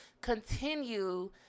continue